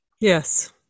Yes